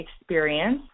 experience